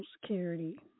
security